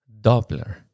Doppler